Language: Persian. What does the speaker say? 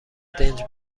دنج